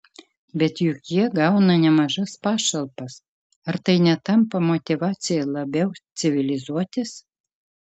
bet juk jie gauna nemažas pašalpas ar tai netampa motyvacija labiau civilizuotis